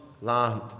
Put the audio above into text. land